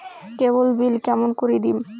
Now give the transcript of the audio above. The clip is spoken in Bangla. কেবল বিল কেমন করি দিম?